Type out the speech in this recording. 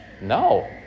No